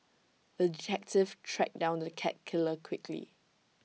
the detective tracked down the cat killer quickly